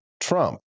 Trump